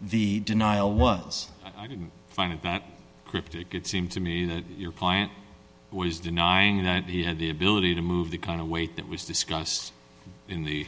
the denial was i didn't find it back cryptic it seemed to me that your point was denying that he had the ability to move the kind of weight that was discussed in the